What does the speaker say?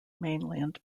mainland